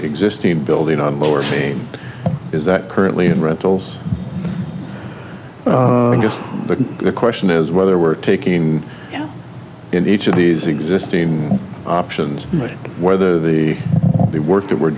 existing building on lower theme is that currently in rentals just the question is whether we're taking in each of these existing options and whether the the work that we're